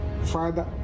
Father